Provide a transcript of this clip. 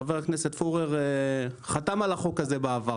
חבר הכנסת פורר חתם על החוק הזה בעבר.